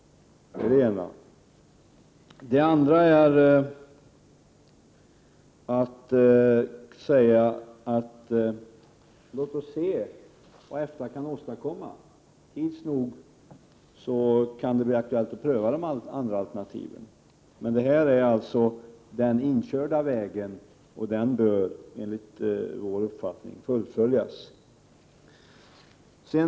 Låt oss emellertid se vad EFTA kan åstadkomma. Tids nog kan det bli aktuellt att pröva de andra alternativen. Men denna väg är inkörd, och den bör enligt vår uppfattning fullföljas.